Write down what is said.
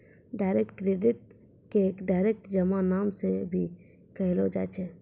direct credit के direct जमा नाम से भी कहलो जाय छै